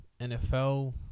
NFL